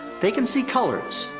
they can see colors,